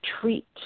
treat